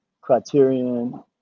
criterion